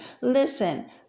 Listen